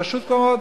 פשוט מאוד,